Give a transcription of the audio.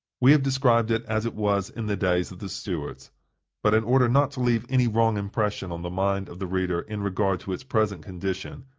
we have described it as it was in the days of the stuarts but, in order not to leave any wrong impression on the mind of the reader in regard to its present condition,